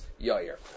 Yair